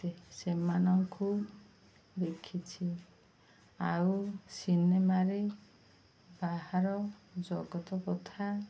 ସେମାନଙ୍କୁ ଦେଖିଛି ଆଉ ସିନେମାରେ ବାହାର ଜଗତ କଥା